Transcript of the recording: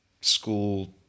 school